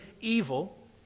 evil